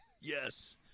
Yes